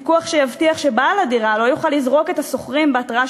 פיקוח שיבטיח שבעל הדירה לא יוכל לזרוק את השוכרים בהתראה